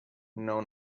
know